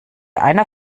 einer